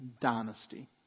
dynasty